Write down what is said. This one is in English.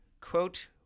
Quote